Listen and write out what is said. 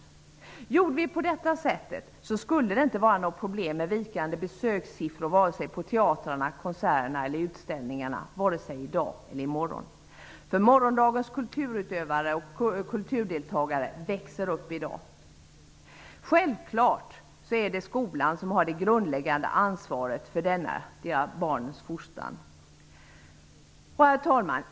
Om vi gjorde på detta sätt skulle det inte finnas några problem med vikande besökssiffror vare sig på teatrarna, konserterna eller utställningarna -- vare sig i dag eller i morgon. Morgondagens kulturutövare och kulturdeltagare växer ju upp i dag. Självfallet är det skolan som har det grundläggande ansvaret för denna del av barnens fostran.